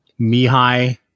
Mihai